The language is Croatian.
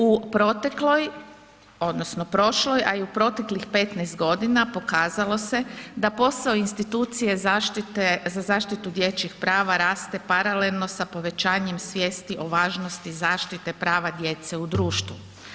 U protekloj, odnosno prošloj a i u proteklih 15 godina pokazalo se da posao institucije za zaštitu dječjih prava raste paralelno sa povećanjem svijesti o važnosti zaštite prava djece u društvu.